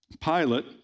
Pilate